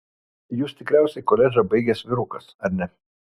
jūs tikriausiai koledžą baigęs vyrukas ar ne